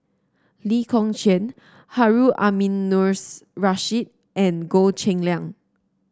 Lee Kong Chian Harun Aminurrashid and Goh Cheng Liang